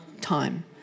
time